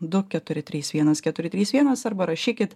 du keturi trys vienas keturi trys vienas arba rašykit